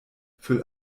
füll